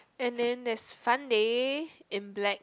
and then there is fun day in black